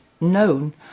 known